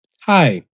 hi